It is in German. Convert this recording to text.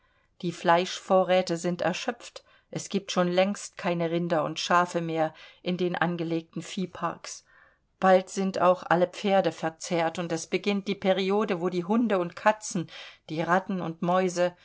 die fleischvorräte sind erschöpft es gibt schon längst keine rinder und schafe mehr in den angelegten viehparks bald sind auch alle pferde verzehrt und es beginnt die periode wo die hunde und katzen die ratten und mäuse